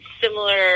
Similar